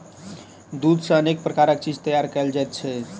दूध सॅ अनेक प्रकारक चीज तैयार कयल जाइत छै